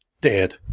Dead